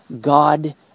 God